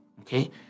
okay